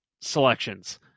selections